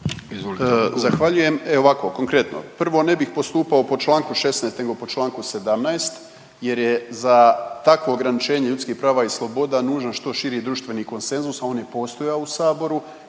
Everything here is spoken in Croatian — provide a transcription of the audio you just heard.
Zahvaljujem. Evo ovako konkretno, prvo ne bih postupao po čl. 16. nego po čl. 17. jer je za takvo ograničenje ljudskih prava i sloboda nužan što širi društveni konsenzus, a on je postojao u saboru